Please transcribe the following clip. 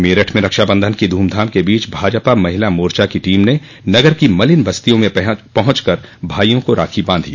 मेरठ में रक्षाबंधन की धूमधाम के बीच भाजपा महिला मोर्चा की टीम ने नगर की मलिन बस्तियों में पहुंच कर भाइयों को राखी बांधी